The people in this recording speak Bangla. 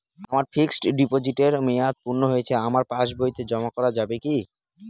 আমার ফিক্সট ডিপোজিটের মেয়াদ পূর্ণ হয়েছে আমার পাস বইতে জমা করা যাবে কি?